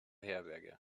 herberge